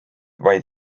vaid